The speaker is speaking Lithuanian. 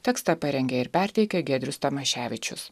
tekstą parengė ir perteikė giedrius tamaševičius